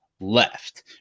left